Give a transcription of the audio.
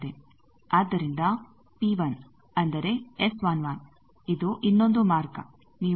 ಆದ್ದರಿಂದ P1 ಅಂದರೆ S11 ಇದು ಇನ್ನೊಂದು ಮಾರ್ಗ ನೀವು ನೋಡುತ್ತೀರಿ